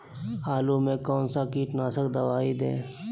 आलू में कौन सा कीटनाशक दवाएं दे?